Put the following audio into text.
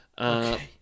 Okay